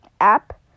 app